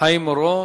חיים אורון.